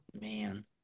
man